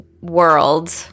world